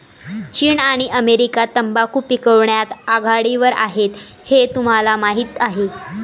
चीन आणि अमेरिका तंबाखू पिकवण्यात आघाडीवर आहेत हे तुम्हाला माहीत आहे